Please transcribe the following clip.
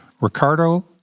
Ricardo